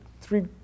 three